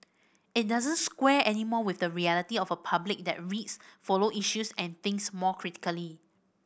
it doesn't square anymore with the reality of a public that reads follow issues and thinks more critically